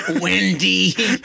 Wendy